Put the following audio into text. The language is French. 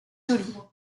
joly